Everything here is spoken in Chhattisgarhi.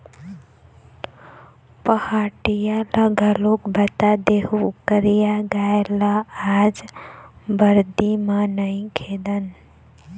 पहाटिया ल घलोक बता देहूँ करिया गाय ल आज बरदी म नइ खेदन